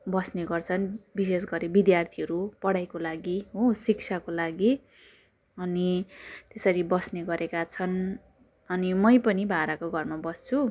बस्नेगर्छन् विशेष गरी विद्यार्थीहरू पढाइको लागि हो शिक्षाको लागि अनि त्यसरी बस्नेगरेका छन् अनि मैँ पनि भाडाको घरमा बस्छु